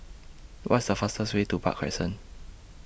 What's The fastest Way to Park Crescent